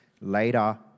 later